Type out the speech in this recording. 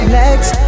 legs